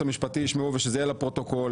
המשפטי ישמעו ושזה יהיה לפרוטוקול.